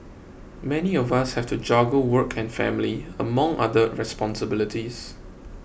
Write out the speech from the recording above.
many of us have to juggle work and family among other responsibilities